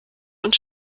und